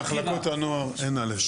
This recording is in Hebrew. במחלקות הנוער אין א', ב'.